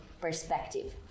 perspective